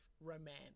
romance